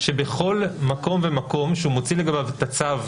שבכל מקום ומקום שהוא מוציא לגביו את הצו,